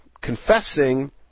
confessing